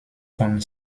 von